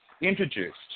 introduced